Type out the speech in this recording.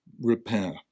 repair